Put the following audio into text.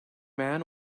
man